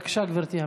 בבקשה, גברתי.